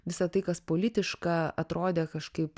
visa tai kas politiška atrodė kažkaip